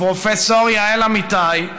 הפרופ' יעל אמיתי,